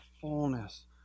fullness